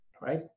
right